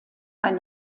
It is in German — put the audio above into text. ein